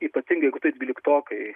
ypatingai jeigu taip dvyliktokai